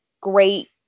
great